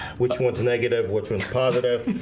which ones negative which is positive?